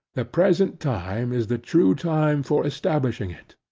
the present time is the true time for establishing it.